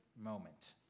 moment